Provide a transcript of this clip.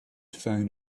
found